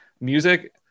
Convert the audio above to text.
music